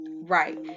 right